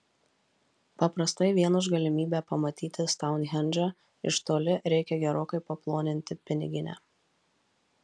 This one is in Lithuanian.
paprastai vien už galimybę pamatyti stounhendžą iš toli reikia gerokai paploninti piniginę